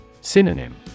Synonym